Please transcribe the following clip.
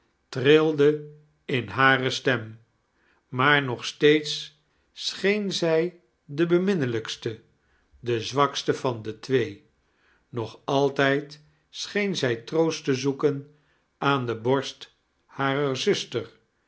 trilde in haie stem maar nog steeds scheen zij de beminnelijkste de zwakste van de twee nog altijd scheen zij fcroost te zoekein aan de borst harer zuster